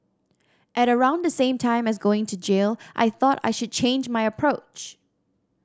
at around the same time as going to jail I thought I should change my approach